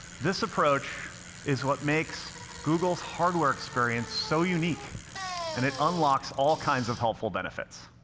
this approach is what makes google's hardware experience so unique and it unlocks all kinds of helpful benefits.